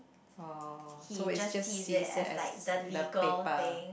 orh so it's just scissor as the paper